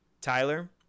Tyler